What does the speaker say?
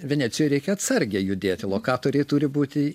venecijoj reikia atsargiai judėti lokatoriai turi būti